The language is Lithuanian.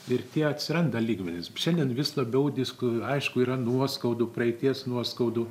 ir tie atsiranda lygmenys šiandien vis labiau disku aišku yra nuoskaudų praeities nuoskaudų